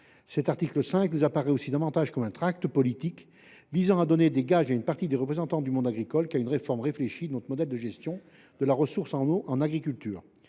Cet article nous apparaît davantage comme un tract politique, visant à donner des gages à une partie des représentants du monde agricole, qu’à une réforme réfléchie de notre modèle de gestion de la ressource en eau en agriculture.